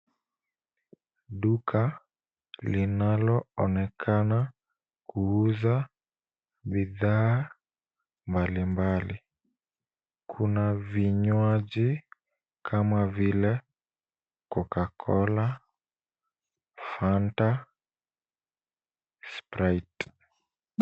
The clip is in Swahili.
Duka linaloonekana kuuza bidhaa mbalimbali. Kuna vinywaji kama vile Coca-cola, Fanta, Sprite.